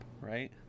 right